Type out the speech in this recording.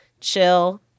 chill